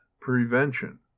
prevention